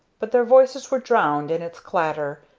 but their voices were drowned in its clatter,